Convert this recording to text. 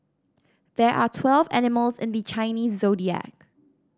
there are twelve animals in the Chinese Zodiac